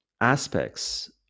aspects